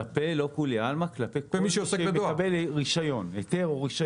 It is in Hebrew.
לא כלפי כולם אלא כל מי שמקבל היתר או רישיון.